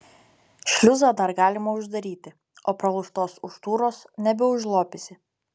šliuzą dar galima uždaryti o pralaužtos užtūros nebeužlopysi